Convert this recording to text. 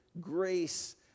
grace